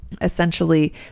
essentially